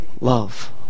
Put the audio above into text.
love